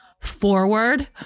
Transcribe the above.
forward